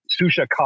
Susha